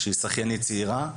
שהיא שחיינית צעירה.